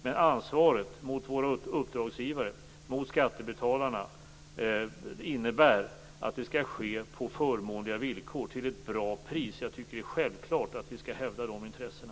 Ansvaret mot våra uppdragsgivare, mot skattebetalarna, innebär att det skall ske på förmånliga villkor till ett bra pris. Jag tycker att det är självklart att vi skall hävda de intressena.